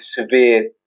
severe